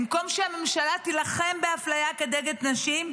במקום שהממשלה תילחם באפליה כנגד נשים,